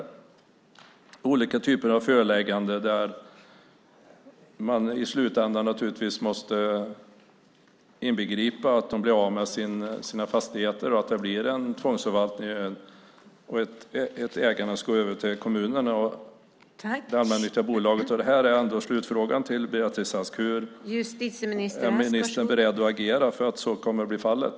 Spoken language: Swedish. Det kan vara olika typer av förelägganden. I slutändan måste naturligtvis inbegripas att fastighetsägare blir av med sina fastigheter och att det blir en tvångsförvaltning liksom att ägandet går över till kommunen och det allmännyttiga bolaget. Min slutfråga till Beatrice Ask är: Hur är ministern beredd att agera för att så blir fallet?